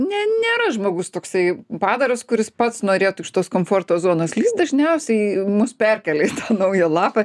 ne nėra žmogus toksai padaras kuris pats norėtų iš tos komforto zonos lįst dažniausiai mus perkelia į naują lapą